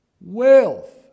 Wealth